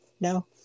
No